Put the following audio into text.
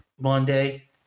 monday